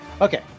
Okay